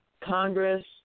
Congress